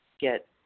get